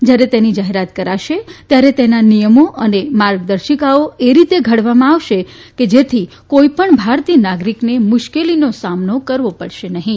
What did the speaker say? જ્યારે તેની જાહેરાત કરાશે ત્યારે તેના નિયમો અને માર્ગદર્શિકાઓ એ રીતે ઘડવામાં આવશે કે જેથી કોઈપણ ભારતીય નાગરિકને મુશ્કેલીનો સામનો કરવો પડશે નહીં